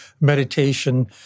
meditation